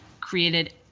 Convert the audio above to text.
created